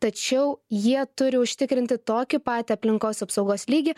tačiau jie turi užtikrinti tokį patį aplinkos apsaugos lygį